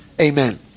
Amen